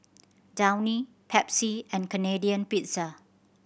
Downy Pepsi and Canadian Pizza